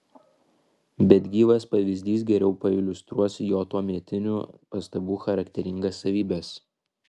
bet gyvas pavyzdys geriau pailiustruos jo tuometinių pastabų charakteringas savybes